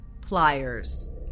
Pliers